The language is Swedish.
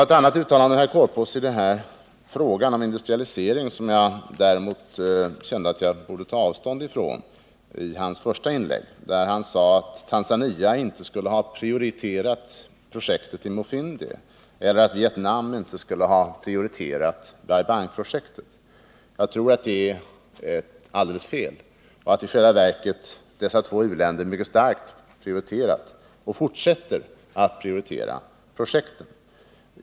Ett annat uttalande, som herr Korpås gjorde i sitt första inlägg och som gällde frågan om industrialiseringen, vill jag däremot ta avstånd ifrån. Herr Korpås sade att Tanzania inte skulle ha prioriterat projektet i Mufindi eller att Vietnam inte skulle ha prioriterat Bai Bang-projektet. Jag tror att detta är ett alldeles felaktigt påstående och att dessa två u-länder i själva verket mycket starkt har prioriterat och fortsätter att prioritera de här projekten.